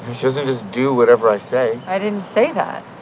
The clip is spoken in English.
she doesn't just do whatever i say i didn't say that.